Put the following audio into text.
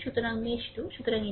সুতরাং মেশ 2 সুতরাং এটি